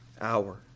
hour